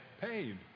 paid